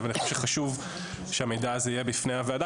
אבל אני חושב שחשוב שהמידע הזה יהיה בפני הוועדה,